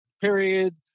period